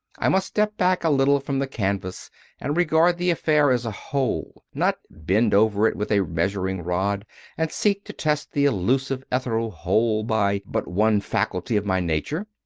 i must step back a little from the canvas and regard the affair as a whole, not bend over it with a measuring-rod and seek to test the elusive ethereal whole by but one faculty of my nature.